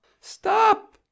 Stop